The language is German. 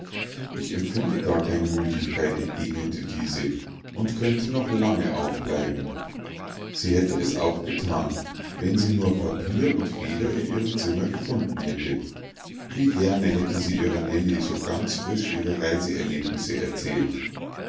ich empfinde gar keine müdigkeit entgegnete diese und könnte noch lange aufbleiben sie hätte es auch gethan wenn sie nur papier und feder in ihrem zimmer gefunden hätte wie gerne hätte sie ihrer nellie so ganz frisch ihre reiseerlebnisse erzählt